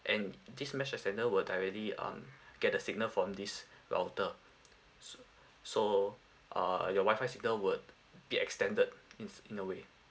and this mesh extender will directly um get the signal from this router s~ so uh your WI-FI signal would be extended in in a way uh